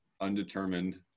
undetermined